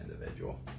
individual